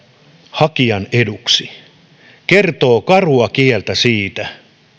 hakijan eduksi se kertoo karua kieltä siitä